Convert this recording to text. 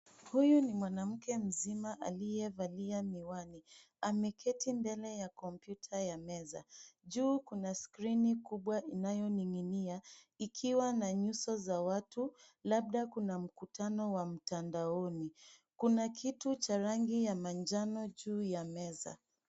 Huyu ni mwanamke mzima aliyevalia miwani. Ameketi mbele ya kompyuta ya meza. Juu kuna skrini kubwa inayoning'inia ikiwa na nyuso za watu, labda kuna mkutano wa mtandaoni. Kuna kitu cha rangi ya manjano juu ya meza.